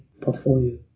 portfolio